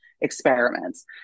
experiments